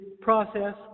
process